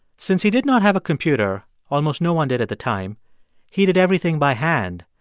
since he did not have a computer almost no one did at the time he did everything by hand,